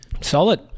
Solid